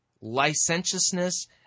licentiousness